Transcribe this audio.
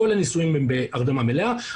כל הניסויים הם בהרדמה מלאה,